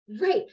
Right